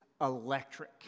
electric